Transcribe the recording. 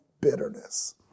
bitterness